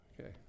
Okay